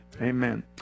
Amen